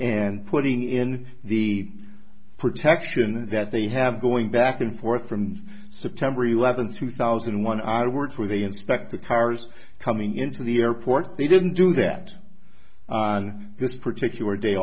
and putting in the protection that they have going back and forth from september eleventh two thousand and one our words where they inspect the cars coming into the airport they didn't do that on this particular day